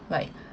like